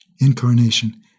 incarnation